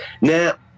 Now